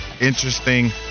interesting